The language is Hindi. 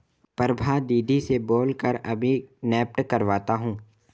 प्रभा दीदी से बोल कर अभी नेफ्ट करवाता हूं